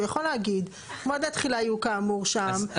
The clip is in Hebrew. הוא יכול להגיד מועדי תחילה יהיו כאמור שם.